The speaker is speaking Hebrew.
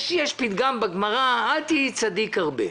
יש פתגם בגמרא: "אל תהיי צדיק הרבה".